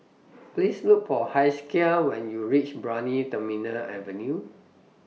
Please Look For Hezekiah when YOU REACH Brani Terminal Avenue